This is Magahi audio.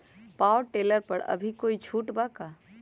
पाव टेलर पर अभी कोई छुट बा का?